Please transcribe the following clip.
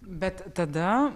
bet tada